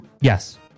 Yes